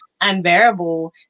unbearable